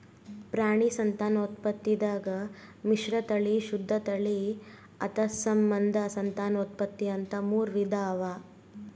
ಪ್ರಾಣಿ ಸಂತಾನೋತ್ಪತ್ತಿದಾಗ್ ಮಿಶ್ರತಳಿ, ಶುದ್ಧ ತಳಿ, ಅಂತಸ್ಸಂಬಂಧ ಸಂತಾನೋತ್ಪತ್ತಿ ಅಂತಾ ಮೂರ್ ವಿಧಾ ಅವಾ